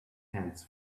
hands